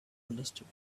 understood